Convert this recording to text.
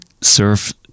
surf